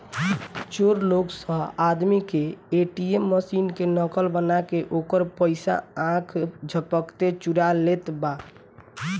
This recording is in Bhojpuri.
चोर लोग स आदमी के ए.टी.एम मशीन के नकल बना के ओकर पइसा आख झपकते चुरा लेत बा